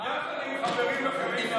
יחד עם חברים אחרים,